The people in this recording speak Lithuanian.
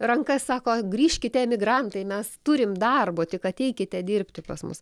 rankas sako grįžkite emigrantai mes turim darbo tik ateikite dirbti pas mus